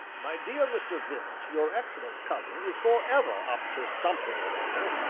my dear mr. vibart, your excellent cousin is forever up to something or other,